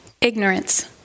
Ignorance